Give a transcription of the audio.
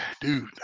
Dude